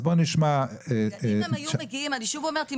אז בואו נשמע --- אני שוב אומרת,